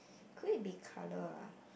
could it be colour ah